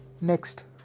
next